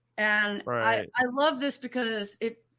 and i love this because it,